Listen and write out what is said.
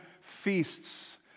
feasts